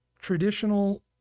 traditional